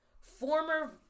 Former